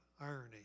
irony